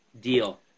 deal